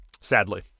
Sadly